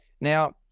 Now